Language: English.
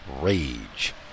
Rage